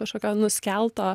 kažkokio nuskelto